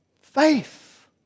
faith